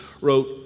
Wrote